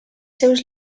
seus